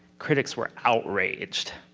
critics were outraged.